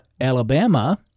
Alabama